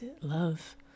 love